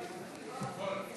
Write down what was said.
מכבדים